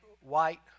white